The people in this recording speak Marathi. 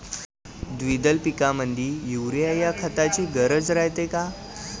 द्विदल पिकामंदी युरीया या खताची गरज रायते का?